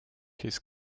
his